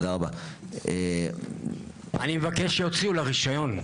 אני מבקש שיוציאו לאורלי רישיון.